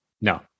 No